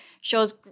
Shows